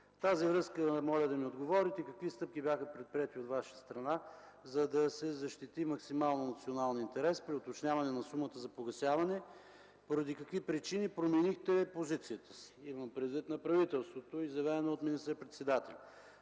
тази връзка Ви моля да ми отговорите: какви стъпки бяха предприети от Ваша страна, за да се защити максимално националния интерес при уточняване на сумата за погасяване? Поради какви причини променихте позицията си – имам предвид на правителството, изявление от министър-председателя?